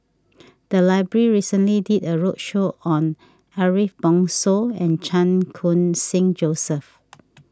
the library recently did a roadshow on Ariff Bongso and Chan Khun Sing Joseph